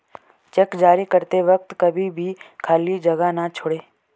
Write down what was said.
check जारी करते वक्त कभी भी खाली जगह न छोड़ें